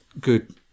good